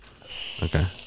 okay